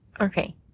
Okay